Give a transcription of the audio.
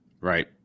Right